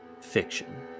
fiction